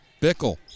Bickle